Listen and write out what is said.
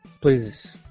please